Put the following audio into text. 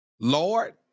Lord